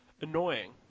annoying